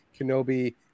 Kenobi